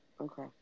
Okay